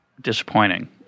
disappointing